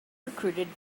recruited